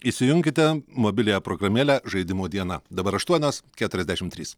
įsijunkite mobiliąją programėlę žaidimo dieną dabar aštuonios keturiasdešim trys